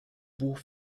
buch